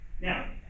Now